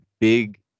big